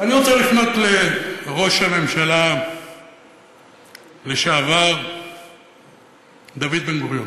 אני רוצה לפנות אל ראש הממשלה לשעבר דוד בן-גוריון.